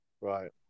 Right